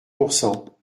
pourcent